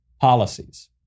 policies